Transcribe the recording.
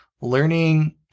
learning